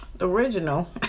Original